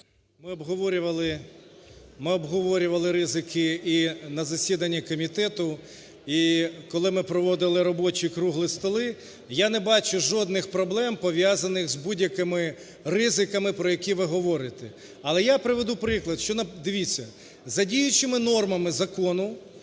Ми обговорювали ризики і на засіданні комітету, і коли ми проводили робочі круглі столи. Я не бачу жодних проблем, пов'язаних з будь-якими ризиками, про які ви говорите. Але я приведу приклад, що… Дивіться, за діючими нормами закону